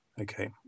okay